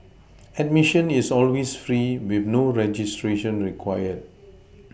admission is always free with no registration required